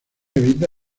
habita